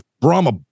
Brahma